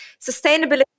Sustainability